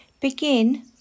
Begin